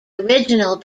original